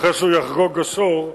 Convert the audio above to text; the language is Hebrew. אחרי שהוא יחגוג עשור,